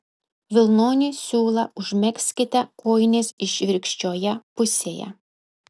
vilnonį siūlą užmegzkite kojinės išvirkščioje pusėje